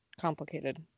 complicated